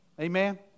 Amen